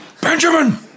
Benjamin